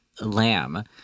lamb